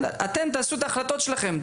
ואתם תעשו את ההחלטות שלכם,